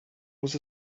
was